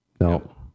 No